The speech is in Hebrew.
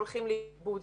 הולכים לאיבוד.